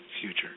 future